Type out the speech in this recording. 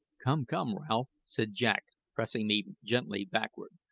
come, come, ralph, said jack, pressing me gently backward,